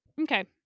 Okay